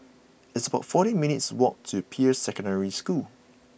it's about fourteen minutes' walk to Peirce Secondary School